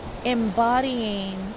embodying